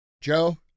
Joe